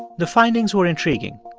the findings were intriguing.